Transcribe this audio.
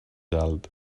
alt